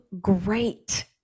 great